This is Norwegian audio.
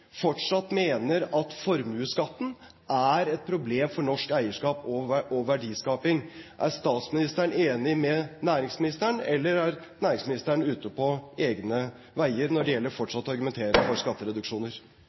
fortsatt mener at formuesskatten er et problem for norsk eierskap og verdiskaping. Er statsministeren enig med næringsministeren, eller er næringsministeren ute på egne veier når